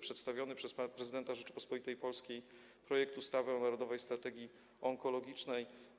przedstawiony przez pana prezydenta Rzeczypospolitej Polskiej projekt ustawy o Narodowej Strategii Onkologicznej.